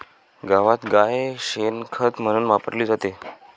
गावात गाय शेण खत म्हणून वापरली जाते